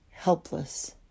helpless